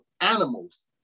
animals